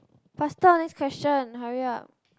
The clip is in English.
faster next question hurry up